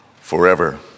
forever